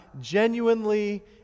genuinely